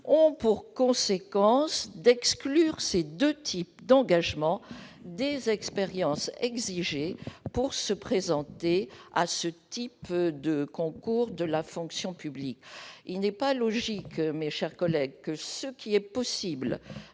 ont pour conséquence d'exclure ces deux sortes d'engagement des expériences exigées pour se présenter à ce type de concours de la fonction publique. Il n'est pas logique, mes chers collègues, que ce qui est possible